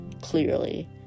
clearly